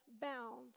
bound